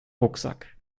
rucksack